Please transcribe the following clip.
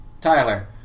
Tyler